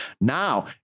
Now